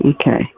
Okay